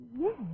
Yes